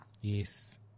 Yes